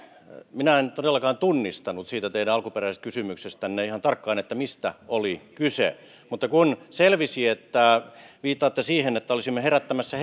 minä en todellakaan tunnistanut siitä teidän alkuperäisestä kysymyksestänne ihan tarkkaan mistä oli kyse mutta kun selvisi että viittaatte siihen että olisimme herättämässä